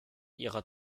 ihrer